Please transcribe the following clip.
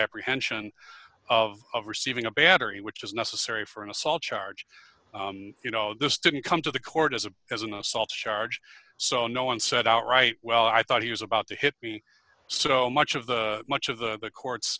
apprehension of receiving a battery which is necessary for an assault charge you know this didn't come to the court as a as an assault charge so no one said outright well i thought he was about to hit me so much of the much of the court